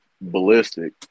ballistic